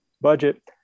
budget